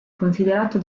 considerato